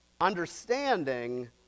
Understanding